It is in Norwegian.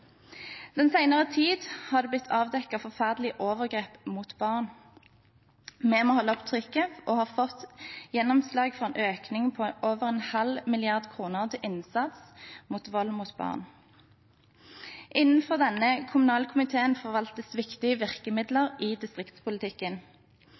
Den senere tid har det blitt avdekket forferdelige overgrep mot barn. Vi må holde trykket oppe og har fått gjennomslag for en økning på over 0,5 mrd. kr til innsats mot vold mot barn. Innenfor denne kommunalkomiteen forvaltes viktige virkemidler